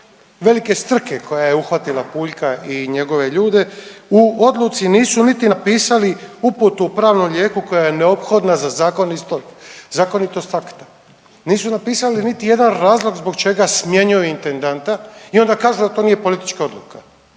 velike strke koja je uhvatila Puljka i njegove ljude u odluci nisu niti napisali uputu o pravnom lijeku koja je neophodna za zakonitost akta. Nisu napisali niti jedan razlog zbog čega smjenjuju intendanta i onda kažu da to nije politička odluka.